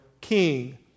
king